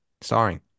Starring